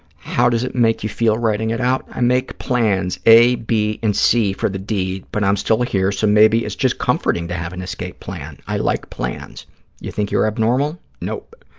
how does it make you feel writing it out? i make plans, a, b, and c for the d, but i'm still here, so maybe it's just comforting to have an escape plan. i like plans. do you think you're abnormal? nope.